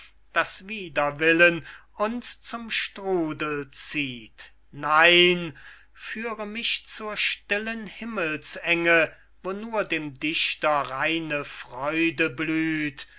das wider willen uns zum strudel zieht nein führe mich zur stillen himmelsenge wo nur dem dichter reine freude